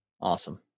Awesome